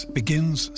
begins